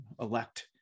elect